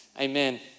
Amen